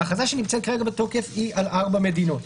ההכרזה שנמצאת כרגע בתוקף היא על ארבע מדינות.